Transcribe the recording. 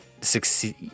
succeed